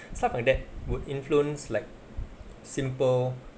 stuff like that would influence like simple